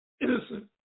innocent